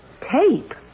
Tape